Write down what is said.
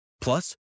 Plus